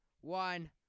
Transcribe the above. one